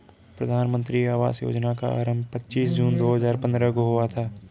प्रधानमन्त्री आवास योजना का आरम्भ पच्चीस जून दो हजार पन्द्रह को हुआ था